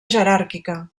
jeràrquica